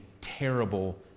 terrible